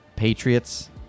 Patriots